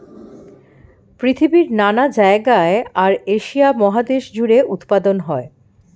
পৃথিবীর নানা জায়গায় আর এশিয়া মহাদেশ জুড়ে উৎপাদন হয়